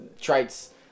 traits